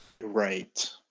right